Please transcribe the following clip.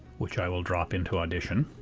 which i will drop into audition.